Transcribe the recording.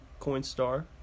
Coinstar